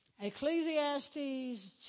Ecclesiastes